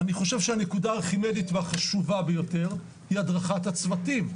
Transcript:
אני חושב שהנקודה הארכימדית והחשובה ביותר היא הדרכת הצוותים,